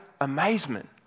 amazement